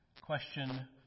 question